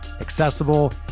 accessible